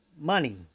money